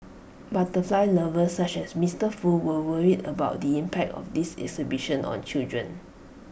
butterfly lovers such as Mister Foo were worried about the impact of this exhibition on children